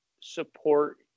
support